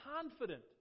confident